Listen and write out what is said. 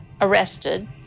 arrested